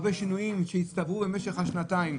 הרבה שינויים שהצטברו במשך השנתיים,